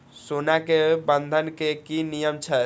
सोना के बंधन के कि नियम छै?